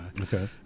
okay